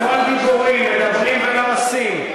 הכול דיבורים, מדברים ולא עושים.